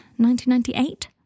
1998